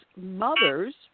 mothers